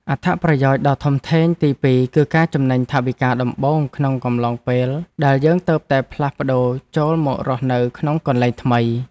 អត្ថប្រយោជន៍ដ៏ធំធេងទីពីរគឺការចំណេញថវិកាដំបូងក្នុងអំឡុងពេលដែលយើងទើបតែផ្លាស់ប្ដូរចូលមករស់នៅក្នុងកន្លែងថ្មី។